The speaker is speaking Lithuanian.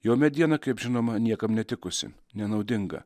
jo mediena kaip žinoma niekam netikusi nenaudinga